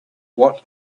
what